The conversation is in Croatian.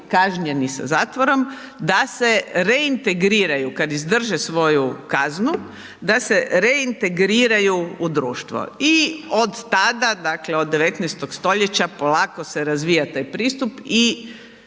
kažnjeni sa zatvorom da se reintegriraju kad izdrže svoju kaznu, da se reintegriraju u društvo i od tada, dakle od 19. st. polako se razvija taj pristup i